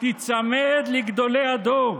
תיצמד לגדולי הדור,